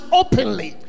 openly